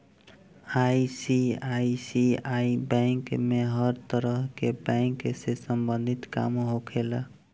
ICICI bank में हर तरह के बैंक से सम्बंधित काम होखेला